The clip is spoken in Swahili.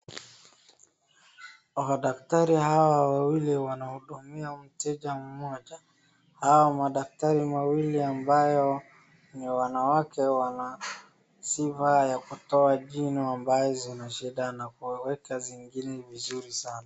Madaktari hawa wawili wanahudumia mteja mmoja hao madaktari wawili ambao ni wanawake wana